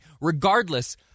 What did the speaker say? Regardless